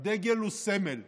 הדגל הוא סמל.